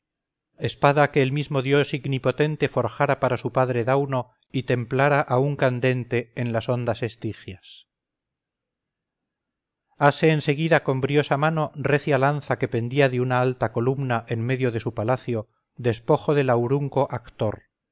espada que el mismo dios ignipotente forjara para su padre dauno y templara aún candente en las ondas estigias ase en seguida con briosa mano recia lanza que pendía de una alta columna en medio de su palacio despojo del aurunco actor